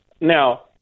Now